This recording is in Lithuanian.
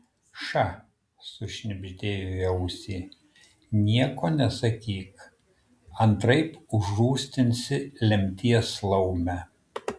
ša sušnibždėjo į ausį nieko nesakyk antraip užrūstinsi lemties laumę